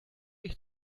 ich